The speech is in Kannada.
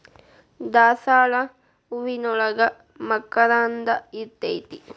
ದಾಸಾಳ ಹೂವಿನೋಳಗ ಮಕರಂದ ಇರ್ತೈತಿ